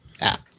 app